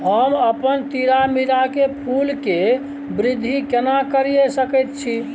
हम अपन तीरामीरा के फूल के वृद्धि केना करिये सकेत छी?